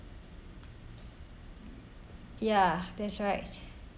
ya that's right